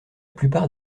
plupart